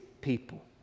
people